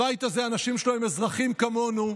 האנשים בבית הזה הם אזרחים כמונו,